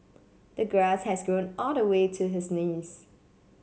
the grass has grown all the way to his knees